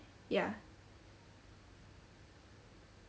ya